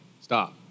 stop